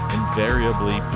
invariably